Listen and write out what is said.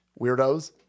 weirdos